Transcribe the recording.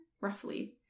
Roughly